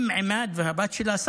אום עימאד והבת שלה,